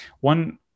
one